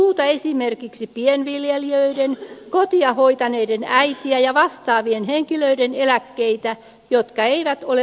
korjaus ei muuta esimerkiksi pienviljelijöiden kotia hoitaneiden äitien ja vastaavien henkilöiden eläkkeitä jotka eivät ole olleet työttömiä